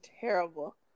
terrible